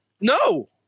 No